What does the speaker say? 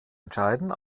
entscheiden